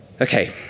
Okay